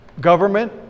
government